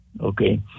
okay